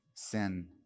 Sin